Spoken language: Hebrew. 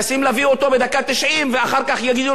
ואחר כך יגידו לו: יצאנו ידי חובה,